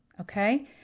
Okay